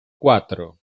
cuatro